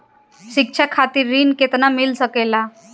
शिक्षा खातिर ऋण केतना मिल सकेला?